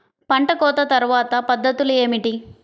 పంట కోత తర్వాత పద్ధతులు ఏమిటి?